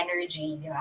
energy